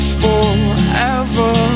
forever